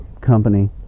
company